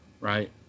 right